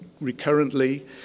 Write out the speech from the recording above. recurrently